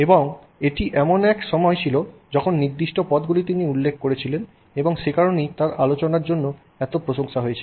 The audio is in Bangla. এবং এটি এমন এক সময় ছিল যখন নির্দিষ্ট পথগুলি তিনি উল্লেখ করেছিলেন এবং সে কারণেই তাঁর আলোচনার জন্য এত প্রশংসা হয়েছিল